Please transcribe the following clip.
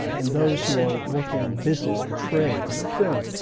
ah and those who are working in business and trade and film.